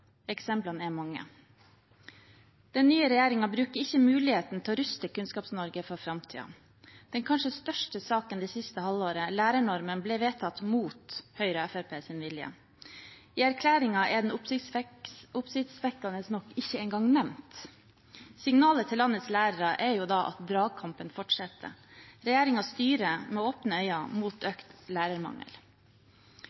Eksemplene er mange. Den nye regjeringen bruker ikke muligheten til å ruste Kunnskaps-Norge for framtiden. Den kanskje største saken det siste halvåret – lærernormen – ble vedtatt mot Høyres og Fremskrittspartiets vilje. I erklæringen er den – oppsiktsvekkende nok – ikke engang nevnt. Signalet til landets lærere er jo da at dragkampen fortsetter. Regjeringen styrer med åpne øyne mot